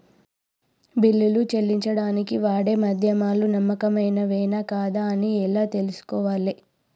బిల్లులు చెల్లించడానికి వాడే మాధ్యమాలు నమ్మకమైనవేనా కాదా అని ఎలా తెలుసుకోవాలే?